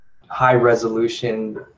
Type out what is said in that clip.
high-resolution